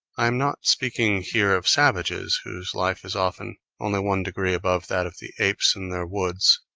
um not speaking here of savages whose life is often only one degree above that of the apes in their woods.